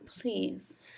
Please